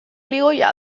ligoia